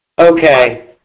Okay